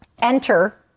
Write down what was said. Enter